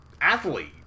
athlete